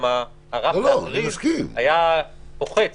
גם הרף החריג היה פוחת -- אני מסכים.